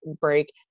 break